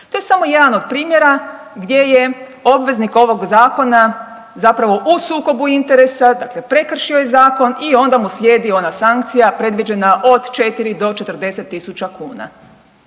To je samo jedan od primjera gdje je obveznik ovog zakona zapravo u sukobu interesa, dakle prekršio je zakon i onda mu slijedi ona sankcija od 4 do 40.000 kuna.